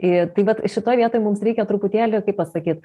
i tai vat šitoje vietoj mums reikia truputėlį kaip pasakyt